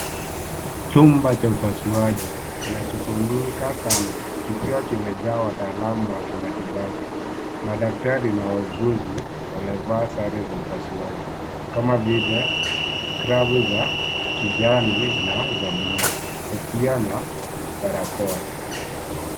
Chumba cha upasuaji kinachotumika sana kikiwa kimejaa wataalamu wa kimatibabu. Madaktari na wauguzi wamevaa sare za upasuaji kama vile glavu za kijani na za bluu, kofia na barakoa.